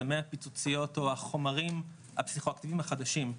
סמי הפיצוציות או החומרים הפסיכואקטיביים החדשים.